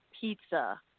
pizza